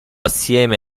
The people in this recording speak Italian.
assieme